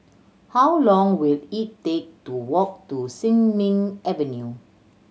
how long will it take to walk to Sin Ming Avenue